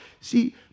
See